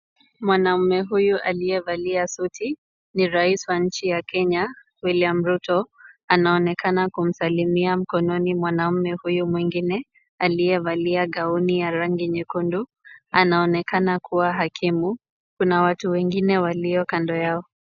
Mwanaume huyu aliyevalia suti ni Rais wa nchi ya Kenya, William Ruto, anaonekana kumsalimia mkononi mwanaume huyu mwingine aliyevalia gauni ya rangi nyekundu, anaonekana kuwa hakimu, kuna watu wengine walio kando yao.